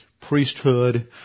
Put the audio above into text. priesthood